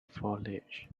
foliage